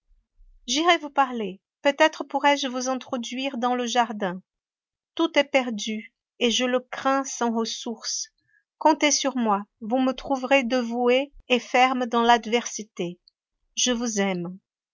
j'irai vous parler peut-être pourrai-je vous introduire dans le jardin tout est perdu et je le crains sans ressource comptez sur moi vous me trouverez dévouée et ferme dans l'adversité je vous aime